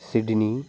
Sydney